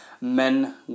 men